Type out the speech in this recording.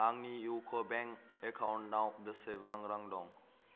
आंनि इउक' बेंक एकाउन्टाव बेसेबां रां दं